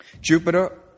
Jupiter